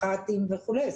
מה"טים וכולי.